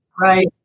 right